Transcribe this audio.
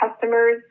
customers